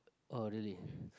orh really